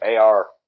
AR